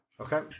Okay